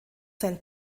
sein